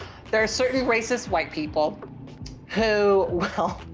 there are certain racist white people who